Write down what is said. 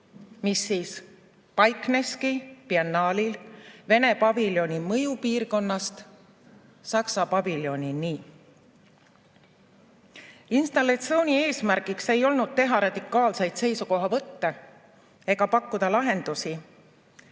mis paikneski biennaalil Vene paviljoni mõjupiirkonnast Saksa paviljonini. Installatsiooni eesmärk ei olnud teha radikaalseid seisukohavõtte ega pakkuda lahendusi